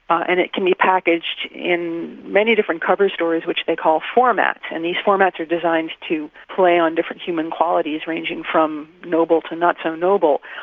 but and it can be packaged in many different cover stories which they call formats, and these formats are designed to play on different human qualities, ranging from noble to not so noble.